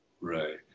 Right